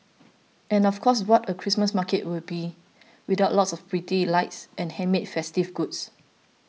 and of course what would a Christmas market be without lots of pretty lights and handmade festive goods